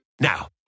Now